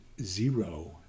zero